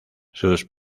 sus